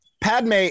Padme